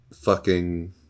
fucking-